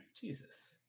Jesus